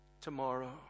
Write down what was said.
tomorrow